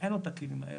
ואין לו את הכלים האלה.